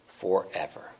forever